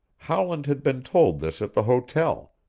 howland had been told this at the hotel,